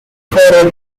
for